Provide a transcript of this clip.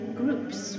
groups